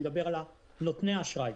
אני מדבר על נותני האשראי,